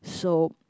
so